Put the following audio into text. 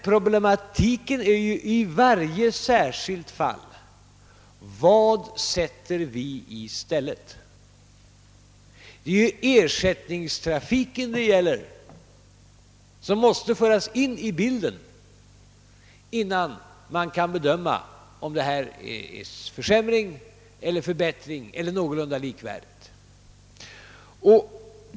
Problematiken är emellertid i varje särskilt fall: Vad sätter vi i stället? Ersättningstrafiken måste föras in i bilden, innan man kan bedöma om nyheten är en försämring eller en förbättring eller någorlunda likvärdig.